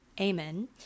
Amen